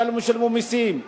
ששילמו מסים,